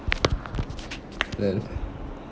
then